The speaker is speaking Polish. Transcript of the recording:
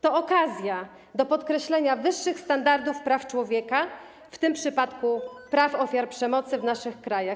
To okazja do podkreślenia wyższych standardów praw człowieka, w tym przypadku praw ofiar przemocy w naszych krajach.